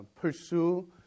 pursue